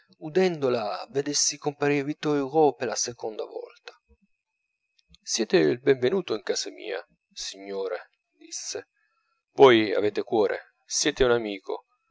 se udendola vedessi comparire vittor hugo per la seconda volta siete il benvenuto in casa mia signore disse voi avete cuore siete un amico